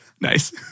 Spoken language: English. Nice